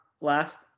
last